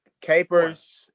Capers